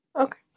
Okay